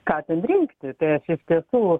ką ten rinkti tai aš iš tiesų